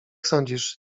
sądzisz